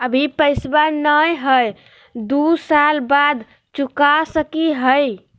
अभि पैसबा नय हय, दू साल बाद चुका सकी हय?